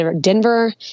Denver